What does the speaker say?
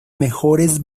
mejores